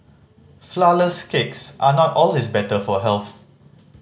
flourless cakes are not always better for health